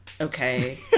Okay